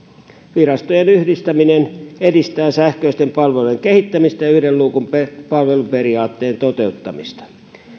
virastojen yhdistäminen edistää sähköisten palvelujen kehittämistä ja yhden luukun palveluperiaatteen toteuttamista